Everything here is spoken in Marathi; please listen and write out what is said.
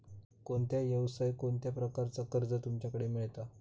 कोणत्या यवसाय कोणत्या प्रकारचा कर्ज तुमच्याकडे मेलता?